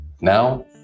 Now